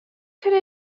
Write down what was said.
could